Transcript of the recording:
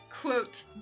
quote